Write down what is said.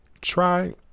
try